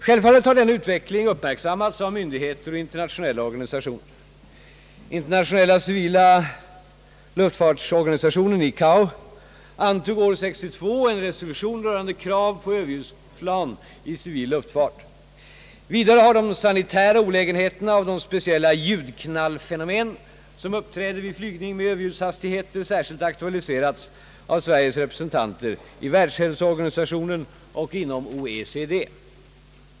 Självfallet har denna utveckling uppmärksammats av myndigheter och internationella organisationer. Internationella civila luftfartsorganisationen — ICAO — antog år 1962 en resolution rörande krav på överljudsflygplan i civil luftfart. Vidare ' har de sanitära olägenheterna av de speciella ljudknallfenomen som uppträder vid flygning med överljudshastigheter särskilt aktualiserats av Sveriges representanter i Världshälsoorganisationen och inom OECD.